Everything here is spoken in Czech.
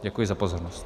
Děkuji za pozornost.